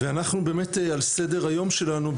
ואנחנו באמת על סדר היום שלנו,